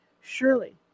Surely